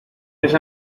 eres